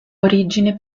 origine